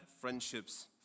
friendships